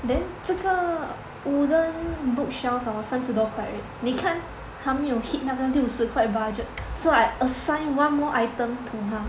then 这个 wooden bookshelf hor 三十多块 right 你看还没有 hit 那个六十块 budget so I assign one more item to 他